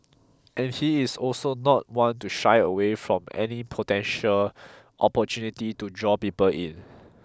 and he is also not one to shy away from any potential opportunity to draw people in